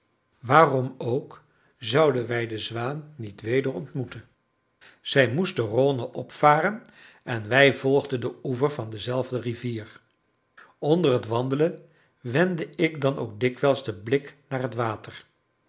waarom ook zouden wij de zwaan niet weder ontmoeten zij moest de rhône opvaren en wij volgden den oever van dezelfde rivier onder het wandelen wendde ik dan ook dikwijls den blik naar het water